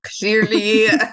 clearly